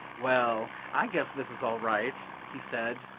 well, i guess this is all right, he said,